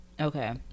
okay